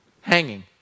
hanging